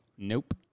Nope